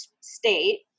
state